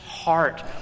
heart